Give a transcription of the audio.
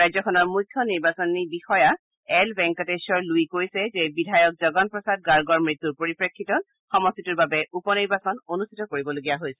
ৰাজ্যখনৰ মুখ্য নিৰ্বাচনী বিষয়া এল ভেংকটেশ্বৰ লুই কৈছে যে বিধায়ক জগন প্ৰসাদ গাৰ্গৰ মৃত্যুৰ পৰিপ্ৰেক্ষিতত সমষ্টিটোৰ বাবে উপ নিৰ্বাচন অনুষ্ঠিত কৰিবলগীয়া হৈছে